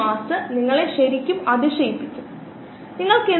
single കോശ protein എന്ന് വിളിക്കപ്പെടുന്ന കാര്യത്തിലും സമാനമാണ്